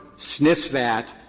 sniffs that,